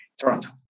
Toronto